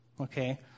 okay